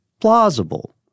plausible